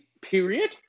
period